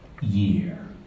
year